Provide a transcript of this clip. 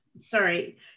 sorry